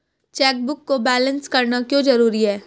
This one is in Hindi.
चेकबुक को बैलेंस करना क्यों जरूरी है?